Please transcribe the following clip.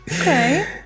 Okay